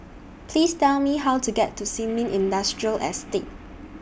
Please Tell Me How to get to Sin Ming Industrial Estate